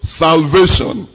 salvation